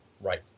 right